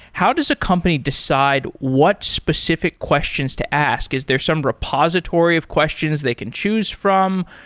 how does a company decide what specific questions to ask? is there some repository of questions they can choose from?